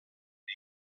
dia